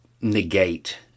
negate